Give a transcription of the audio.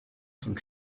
von